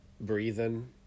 breathing